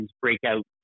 breakout